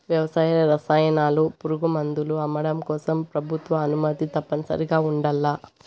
వ్యవసాయ రసాయనాలు, పురుగుమందులు అమ్మడం కోసం ప్రభుత్వ అనుమతి తప్పనిసరిగా ఉండల్ల